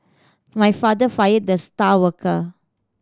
my father fired the star worker